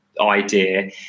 idea